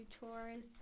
chores